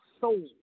soul